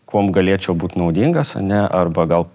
kuom galėčiau būt naudingas o ne arba gal